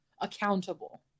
accountable